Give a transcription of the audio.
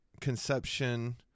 conception